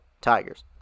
tigers